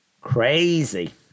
crazy